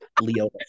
Leo